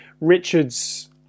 Richard's